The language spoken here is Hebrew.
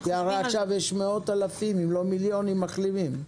יש עכשיו מאות אלפים אם לא מיליונים מחלימים.